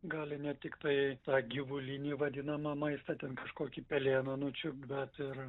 gali ne tiktai tą gyvulinį vadinamą maistą ten kažkokį pelėną nučiupt bet ir